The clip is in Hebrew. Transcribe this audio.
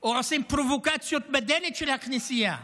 או עושים פרובוקציות בדלת של הכנסייה.